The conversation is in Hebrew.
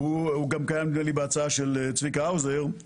קיים גם בהצעה של צביקה האוזר.